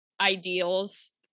ideals